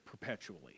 perpetually